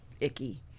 icky